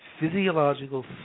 Physiological